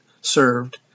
served